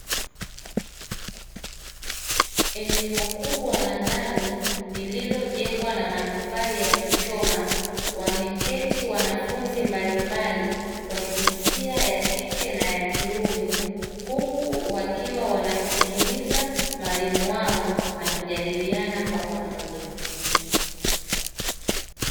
Eneo kubwa la ndani lililojengwa na matofali ya kuchoma wameketi wanafunzi mbalimbali wa jinsia ya kike na ya kiume, huku wakiwa wanamsikiliza mwalimu wao na kujadiliana kwa pamoja.